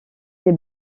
des